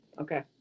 okay